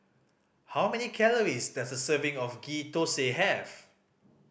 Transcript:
how many calories does a serving of Ghee Thosai have